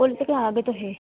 कोलै तगर आना तुसें